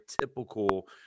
typical